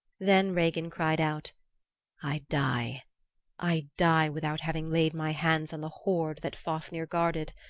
then regin cried out i die i die without having laid my hands on the hoard that fafnir guarded.